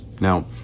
now